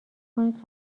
کنید